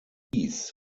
dies